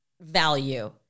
value